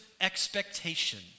expectation